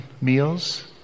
meals